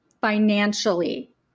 financially